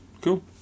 cool